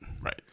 Right